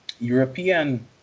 European